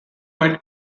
made